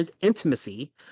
intimacy